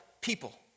people